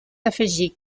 afegir